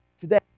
today